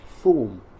form